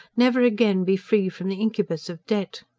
never again be free from the incubus of debt.